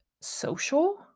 social